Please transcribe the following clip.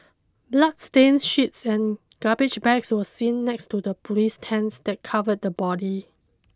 bloodstained sheets and garbage bags were seen next to the police tents that covered the body